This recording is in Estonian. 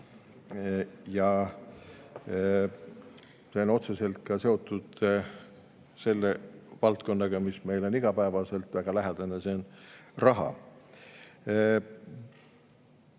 See on otseselt seotud ka selle valdkonnaga, mis on meile igapäevaselt väga lähedane – see on raha.